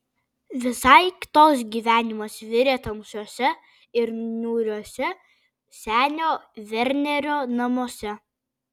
visai kitoks gyvenimas virė tamsiuose ir niūriuose senio vernerio namuose